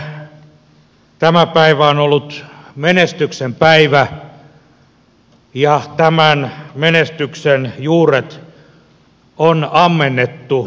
kansakunnallemme tämä päivä on ollut menestyksen päivä ja tämän menestyksen juuret on ammennettu pitkälti metsästä